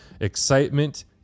excitement